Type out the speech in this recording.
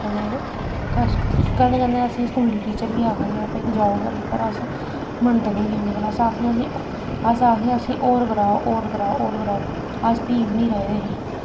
ते कदें कदें असें ई स्कूल दे टीचर बी आखदे हे कि भई जाओ घरै पर अस मन्नदे निं हे उ'नें ई ते अस आखदे हे अस आखदे हे होर कराओ होर कराओ असें ई होर कराओ अस भी बी निं रज्जदे हे